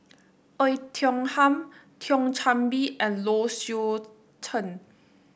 Oei Tiong Ham Thio Chan Bee and Low Swee Chen